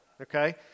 okay